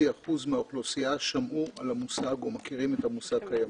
אחוזים מהאוכלוסייה שמעו על המושג או מכירים את המושג קיימות.